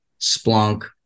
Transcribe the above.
Splunk